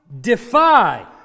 defy